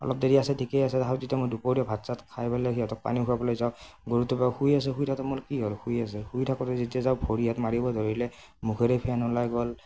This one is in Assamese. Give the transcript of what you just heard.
অলপ দেৰি আছে ঠিকেই আছে আৰু যেতিয়া মই দুপৰীয়া ভাত চাত খাই পেলাই সিহঁতক পানী খুৱাবলৈ যাওঁ গৰুটো পুৰা শুই আছে শুই থাকোতে মই বোলো কি হ'ল শুই আছে শুই থাকোঁতে যেতিয়া যাওঁ ভৰি হাত মাৰিব ধৰিলে মুখেৰে ফেন ওলাই গ'ল